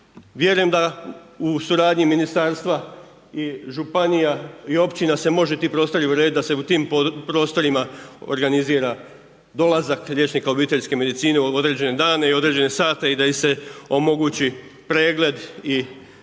Vjerujem da u suradnji s ministarstva i županija i općina se može ti prostori urediti, da se u tim prostorima organizira dolazak liječnika obiteljske medicine u određene dane i određene sate i da im se omogući pregled i